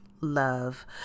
love